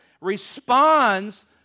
responds